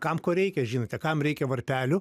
kam ko reikia žinote kam reikia varpelių